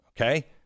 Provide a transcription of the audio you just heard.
Okay